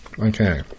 Okay